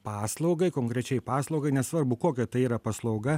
paslaugai konkrečiai paslaugai nesvarbu kokia tai yra paslauga